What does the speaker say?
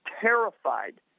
terrified